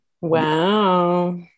Wow